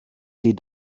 sie